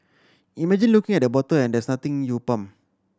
imagine looking at the bottle and there's nothing you pump